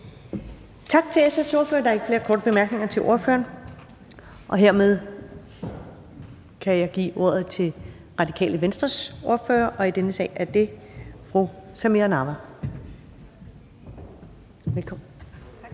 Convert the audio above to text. Tak til SF's ordfører. Der er ikke flere korte bemærkninger til ordføreren. Hermed kan jeg give ordet til Radikale Venstres ordfører. I denne sag er det fru Samira Nawa. Velkommen. Kl.